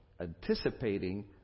anticipating